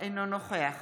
אינו נוכח